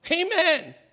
Amen